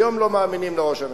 היום לא מאמינים לראש הממשלה.